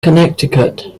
connecticut